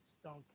stunk